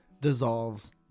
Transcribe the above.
dissolves